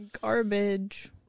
Garbage